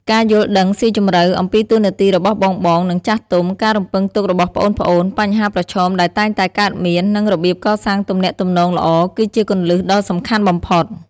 ការយល់ដឹងស៊ីជម្រៅ អំពីតួនាទីរបស់បងៗ និងចាស់ទុំ ការរំពឹងទុករបស់ប្អូនៗ បញ្ហាប្រឈមដែលតែងតែកើតមាន និងរបៀបកសាងទំនាក់ទំនងល្អ គឺជាគន្លឹះដ៏សំខាន់បំផុត។